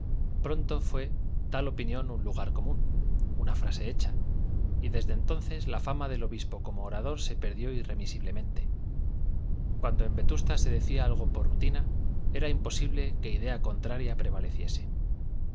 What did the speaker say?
pronto fue tal opinión un lugar común una frase hecha y desde entonces la fama del obispo como orador se perdió irremisiblemente cuando en vetusta se decía algo por rutina era imposible que idea contraria prevaleciese